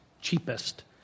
cheapest